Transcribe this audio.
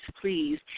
please